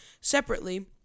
separately